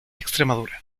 extremadura